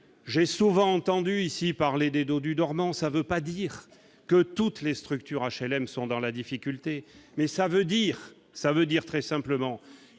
j'ai souvent entendu ici parler des dodus dormants, ça veut pas dire que toutes les structures HLM sont dans la difficulté mais ça veut dire ça veut dire très simplement